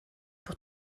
pour